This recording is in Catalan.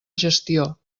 gestió